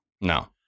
No